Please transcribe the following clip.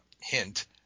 Hint